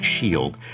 shield